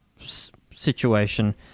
situation